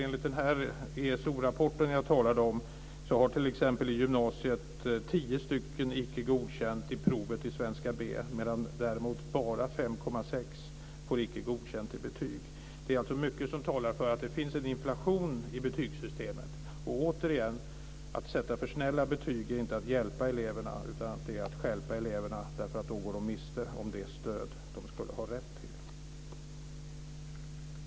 Enligt den ESO-rapport som jag talade om har t.ex. tio i gymnasiet icke godkänt i provet i svenska B, medan däremot bara 5,6 får icke godkänt i betyg. Det är alltså mycket som talar för att det finns en inflation i betygssystemet. Och, återigen, att sätta för snälla betyg är inte att hjälpa eleverna, utan det är att stjälpa eleverna, eftersom de då går miste om det stöd som de annars skulle ha rätt till.